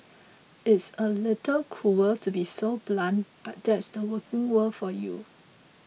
it's a little cruel to be so blunt but that's the working world for you